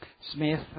Smith